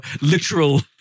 literal